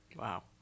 wow